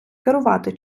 керувати